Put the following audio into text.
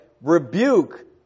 rebuke